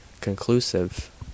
conclusive